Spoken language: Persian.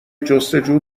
جستجو